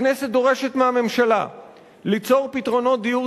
הכנסת דורשת מהממשלה ליצור פתרונות דיור